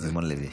אדמונד לוי.